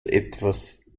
etwas